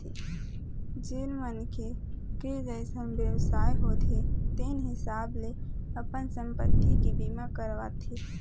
जेन मनखे के जइसन बेवसाय होथे तेन हिसाब ले अपन संपत्ति के बीमा करवाथे